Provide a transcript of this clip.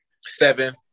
Seven